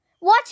Watch